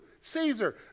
Caesar